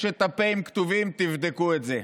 יש פ"אים כתובים, תבדקו את זה.